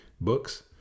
books